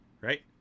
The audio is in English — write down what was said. right